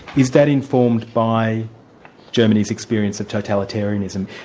is that informed by germany's experience of totalitarianism?